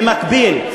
במקביל,